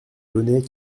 launay